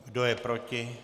Kdo je proti?